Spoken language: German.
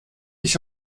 ich